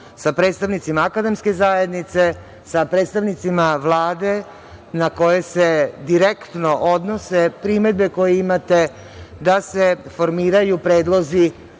sa predstavnicima akademske zajednice, sa predstavnicima Vlade, na kojoj se direktno odnose primedbe koje imate, da se formiraju predlozi